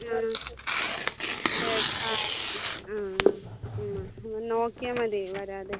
ഉം ശരി ആ അതെ അതെ ആ ആ എന്നാൽ നോക്കിയാൽ മതി വരാതെ